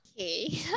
Okay